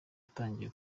utangiye